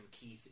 Keith